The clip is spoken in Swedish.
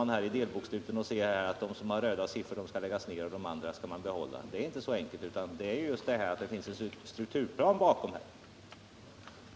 man skall strukturera och säger att de enheter som har röda siffror skall läggas ner och de andra skall behållas. Det måste finnas en strukturplan.